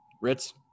Ritz